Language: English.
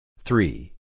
Three